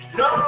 no